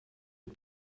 het